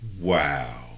Wow